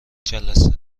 جلسه